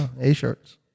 A-shirts